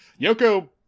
Yoko